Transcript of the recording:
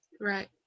right